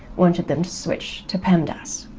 wanted them to switch to pemdas.